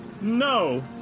No